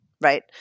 right